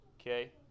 Okay